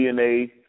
DNA